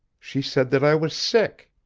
she said that i was sick.